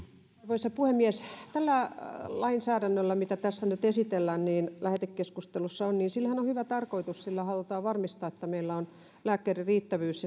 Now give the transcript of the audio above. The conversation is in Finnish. arvoisa puhemies tällä lainsäädännöllä mitä tässä nyt lähetekeskustelussa on on hyvä tarkoitus sillä halutaan varmistaa että meillä on lääkkeiden riittävyys